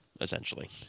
essentially